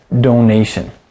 donation